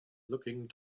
looking